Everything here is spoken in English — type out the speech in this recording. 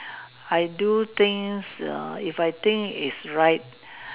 I do things err if I think it's right